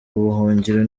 ubuhungiro